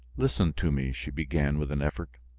listen to me, she began with an effort.